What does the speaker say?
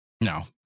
No